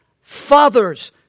fathers